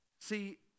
See